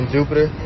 Jupiter